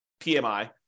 PMI